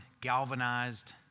galvanized